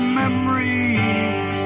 memories